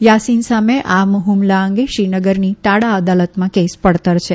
યાસીન સામે આ હુમલા અંગે શ્રીનગરની ટાડા અદાલતમાં કેસ પડતર છે